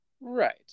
Right